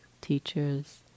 teachers